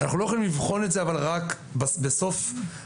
אנחנו לא יכולים לבחון את זה רק בסוף הדרך,